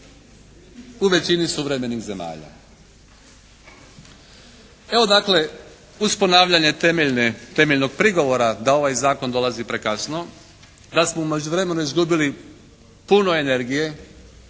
u većini suvremenih zemalja. Evo dakle uz ponavljanje temeljne, temeljnog prigovora da ovaj zakon dolazi prekasno, da smo u međuvremenu izgubili puno energije,